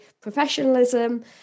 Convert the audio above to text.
professionalism